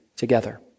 together